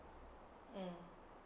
mm